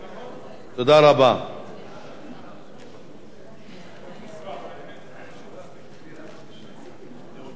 4. אני מבקש להוסיף